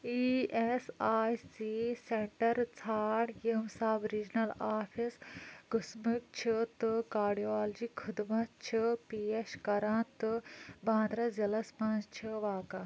E S I C centre ژھانڈ یِم sub regional office قٕسمٕکۍ چھِ تہٕ کارڈِیالجی خدمت چھِ پیش کران تہٕ بھانٛڈارا ضلعس مَنٛز چھِ واقعہٕ